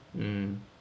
mm